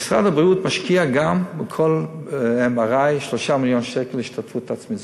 משרד הבריאות משקיע גם בכל MRI 3 מיליון שקלים השתתפות עצמית.